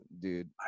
dude